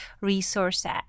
resources